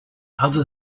other